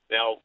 Now